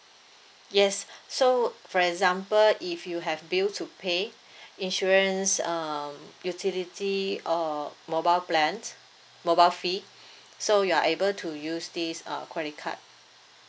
yes so for example if you have bill to pay insurance um utility or mobile plans mobile fee so you are able to use this uh credit card